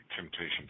Temptation